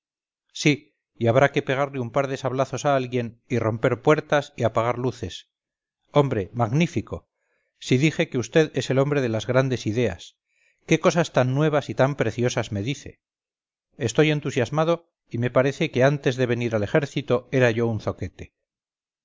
sí y habrá que pegarle un par de sablazos a alguien y romper puertas y apagar luces hombre magnífico si dije que usted es el hombre de las grandes ideas qué cosas tan nuevas y tan preciosas me dice estoy entusiasmado y me parece que antes de venir al ejército era yo un zoquete